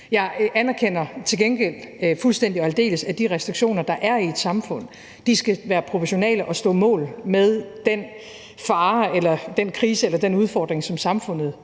til gengæld fuldstændig og aldeles, at de restriktioner, der er i et samfund, skal være proportionale og stå mål med den fare eller den krise eller den udfordring, som samfundet